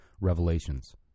revelations